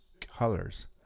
colors